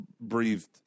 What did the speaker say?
breathed